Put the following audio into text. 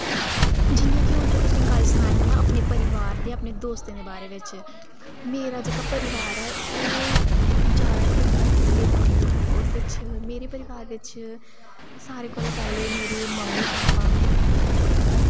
जि'यां कि हून में तुसें गल्ल सनान्नी आं अपने परोआर दे अपने दोस्तें दे बारे बिच मेरा जेह्का परोआर ऐ एह् जैदा गै बड्डी फैमिली ऐ थोह्ड़ी ओह्दे बिच मेरे परोआर बिच सारें कोला पैह्ले मेरे मम्मी भापा